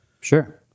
Sure